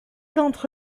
d’entre